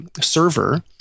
server